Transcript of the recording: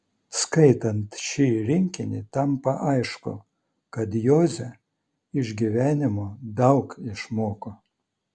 skaitant šį rinkinį tampa aišku kad joze iš gyvenimo daug išmoko